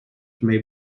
may